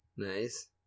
nice